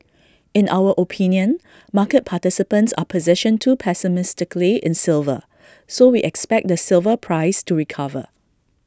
in our opinion market participants are positioned too pessimistically in silver so we expect the silver price to recover